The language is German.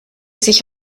sich